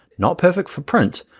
not perfect for print,